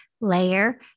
layer